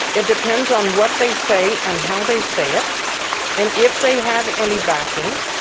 it depends on what they say and how they say it and if they have any backing.